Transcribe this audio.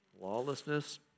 Lawlessness